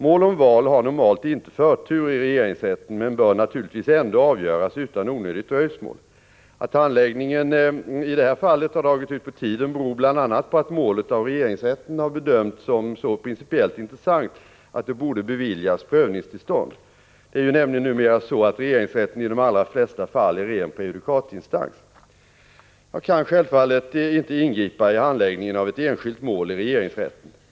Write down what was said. Mål om val har normalt inte förtur i regeringsrätten men bör naturligtvis ändå avgöras utan onödigt dröjsmål. Att handläggningen i det här fallet har dragit ut på tiden beror bl.a. på att målet av regeringsrätten har bedömts som så principiellt intressant att det borde beviljas prövningstillstånd. Det är ju nämligen numera så att regeringsrätten i de allra flesta fall är en ren prejudikatinstans. Jag kan självfallet inte ingripa i handläggningen av ett enskilt mål i regeringsrätten.